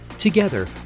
Together